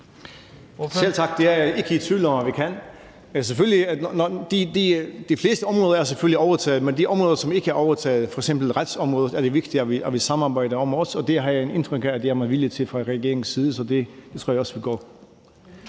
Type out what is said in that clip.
Selv tak. Det er jeg ikke i tvivl om vi kan. De fleste områder er selvfølgelig overtaget, men de områder, som ikke er overtaget, f.eks. retsområdet, er det vigtigt, vi samarbejder om også, og det har jeg indtryk af man er villig til fra regeringens side, så det tror jeg også vil gå.